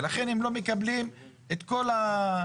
ולכן הם לא מקבלים את כל הזכויות.